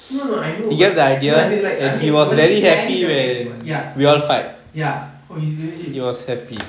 no no no I know but no as in like I mean was he carried away ya ya oh is it legit